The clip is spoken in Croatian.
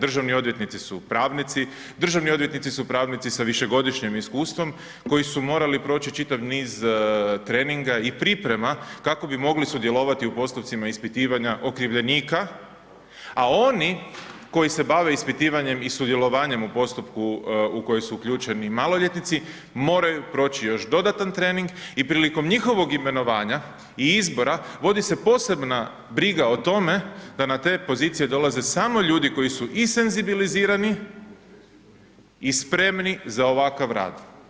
Državni odvjetnici su pravnici, državni odvjetnici su pravnici sa višegodišnjim iskustvom koji su morali proći čitav niz treninga i priprema kako bi mogli sudjelovati u postupcima ispitivanja okrivljenika, a oni koji se bave ispitivanjem i sudjelovanjem u postupku u koji su uključeni i maloljetnici moraju proći još dodatan trening i prilikom njihovog imenovanja i izbora vodi se posebna briga o tome da na te pozicije dolaze samo ljudi koji su i senzibilizirani i spremni za ovakav rad.